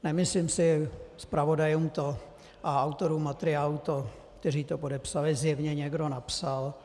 Nemyslím si zpravodajům a autorům materiálu, kteří to podepsali, to zjevně někdo napsal.